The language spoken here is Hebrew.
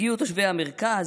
הגיעו תושבי המרכז,